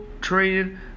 training